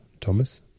Thomas